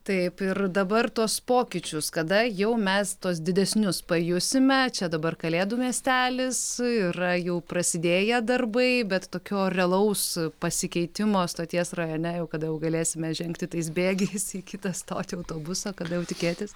taip ir dabar tuos pokyčius kada jau mes tuos didesnius pajusime čia dabar kalėdų miestelis yra jau prasidėję darbai bet tokio realaus pasikeitimo stoties rajone jau kada jau galėsime žengti tais bėgiais į kitą stotį autobusą kada jau tikėtis